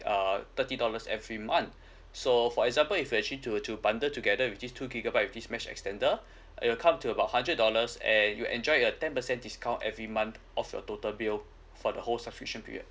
uh thirty dollars every month so for example if you actually do do bundle together with this two gigabyte with this mesh extender it'll come to about hundred dollars and you enjoy a ten percent discount every month off your total bill for the whole subscription period